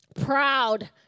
proud